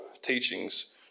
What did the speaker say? teachings